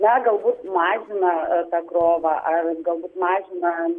na galbūt mažina tą krovą ar galbūt mažina